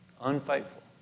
unfaithful